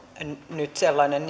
nyt sellainen